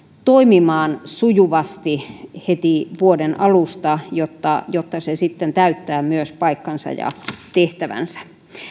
toimimaan sujuvasti heti vuoden alusta jotta jotta se sitten myös täyttää paikkansa ja tehtävänsä